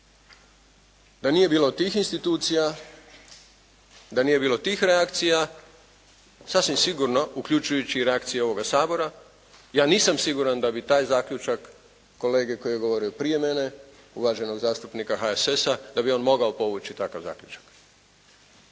da nije bilo tih institucija, da nije bilo tih reakcija sasvim sigurno, uključujući i reakcije ovoga Sabora, ja nisam siguran da bi taj zaključak kolege koji je govorio prije mene, uvaženog zastupnika HSS-a, da bi on mogao povući takav zaključak.